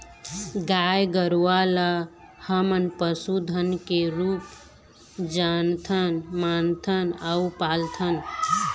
गाय गरूवा ल हमन पशु धन के रुप जानथन, मानथन अउ पालथन